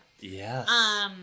Yes